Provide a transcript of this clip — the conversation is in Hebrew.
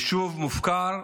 יישוב מופקר.